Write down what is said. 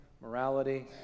morality